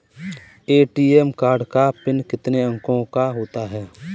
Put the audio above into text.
ATM card का pin कितने अंकों का होता है?